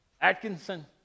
Atkinson